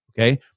okay